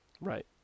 Right